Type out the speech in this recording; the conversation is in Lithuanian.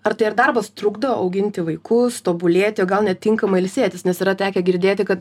ar tai ar darbas trukdo auginti vaikus tobulėti o gal netinkamai ilsėtis nes yra tekę girdėti kad